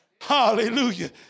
Hallelujah